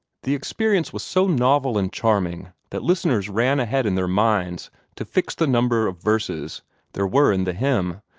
the experience was so novel and charming that listeners ran ahead in their minds to fix the number of verses there were in the hymn,